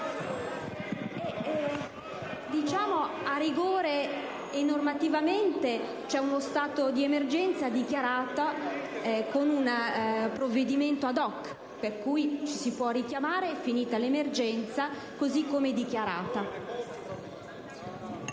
A rigore e normativamente, c'è uno stato di emergenza dichiarata con un provvedimento *ad hoc*, a cui ci si può richiamare, finita l'emergenza, così come dichiarata.